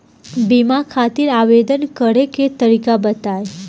बीमा खातिर आवेदन करे के तरीका बताई?